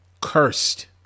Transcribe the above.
cursed